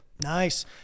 Nice